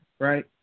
Right